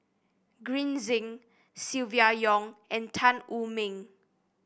Green Zeng Silvia Yong and Tan Wu Meng